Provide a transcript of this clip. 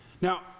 Now